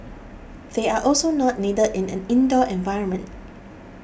they are also not needed in an indoor environment